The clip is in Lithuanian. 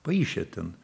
paišė ten